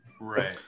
right